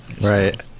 Right